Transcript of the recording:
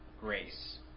grace